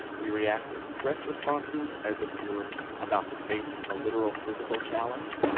we react with stress responses, as if we were about to face a literal physical challenge.